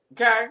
Okay